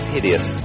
Hideous